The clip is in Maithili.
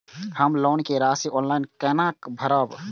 हम लोन के राशि ऑनलाइन केना भरब?